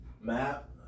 map